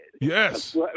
Yes